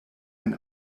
ein